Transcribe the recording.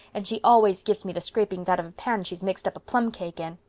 and she always gives me the scrapings out of a pan she's mixed up a plum cake in.